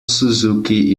suzuki